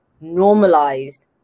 normalized